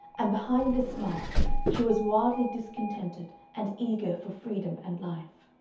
and behind this mask she was wildly discontented and eager for freedom and life.